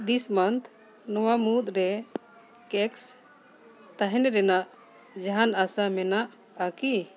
ᱫᱤᱥ ᱢᱟᱱᱛᱷ ᱱᱚᱣᱟ ᱢᱩᱫᱽᱨᱮ ᱠᱮᱠᱥ ᱛᱟᱦᱮᱱ ᱨᱮᱱᱟᱜ ᱡᱟᱦᱟᱱ ᱟᱥᱟ ᱢᱮᱱᱟᱜᱼᱟ ᱠᱤ